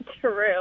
True